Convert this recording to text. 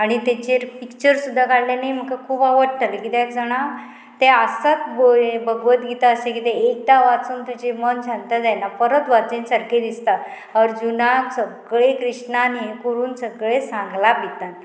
आनी तेचेर पिक्चर सुद्दां काडलें न्ही म्हाका खूब आवडटलें कित्याक जाणां तें आसत भगवत गीता अशें किदें एकदा वाचून तुजें मन शांत जायना परत वाचीन सारकें दिसता अर्जुनाक सगळें कृष्णान हें करून सगळें सांगलां भितान